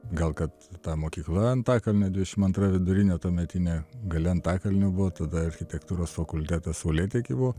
gal kad ta mokykla antakalnio dvidešim antra vidurinė tuometinė gale antakalnio buvo tada architektūros fakultetas saulėteky buvo